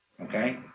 okay